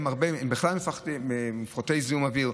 הם בכלל מופחתי זיהום אוויר,